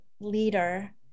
leader